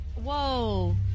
Whoa